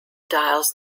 dials